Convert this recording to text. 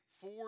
four